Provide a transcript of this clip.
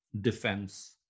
defense